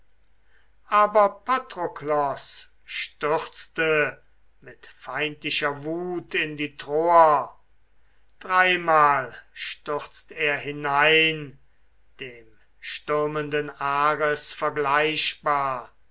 aber patroklos stürzte mit feindlicher wut in die troer dreimal stürzt er hinein dem stürmenden ares vergleichbar